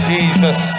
Jesus